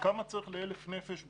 כמה צריך לאלף נפש בדרום?